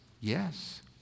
Yes